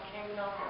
Kingdom